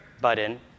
Button